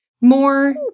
more